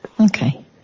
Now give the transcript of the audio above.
Okay